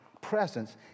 presence